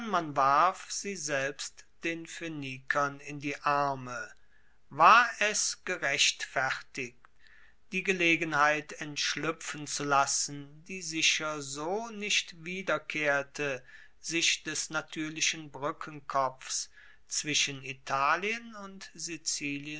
man warf sie selbst den phoenikern in die arme war es gerechtfertigt die gelegenheit entschluepfen zu lassen die sicher so nicht wiederkehrte sich des natuerlichen brueckenkopfs zwischen italien und sizilien